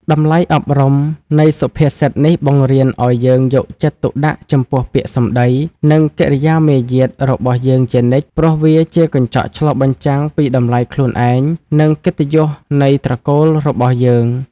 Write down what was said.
តម្លៃអប់រំនៃសុភាសិតនេះបង្រៀនឱ្យយើងយកចិត្តទុកដាក់ចំពោះពាក្យសម្ដី និងកិរិយាមារយាទរបស់យើងជានិច្ច ព្រោះវាជាកញ្ចក់ឆ្លុះបញ្ចាំងពីតម្លៃខ្លួនឯង និងកិត្តិយសនៃត្រកូលរបស់យើង។